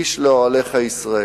איש לאוהליך ישראל.